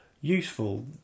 useful